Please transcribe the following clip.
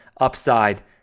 upside